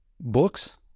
books